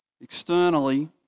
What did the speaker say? externally